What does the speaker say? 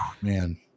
Man